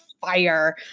fire